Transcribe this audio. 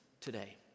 today